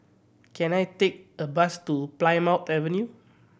can I take a bus to Plymouth Avenue